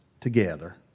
together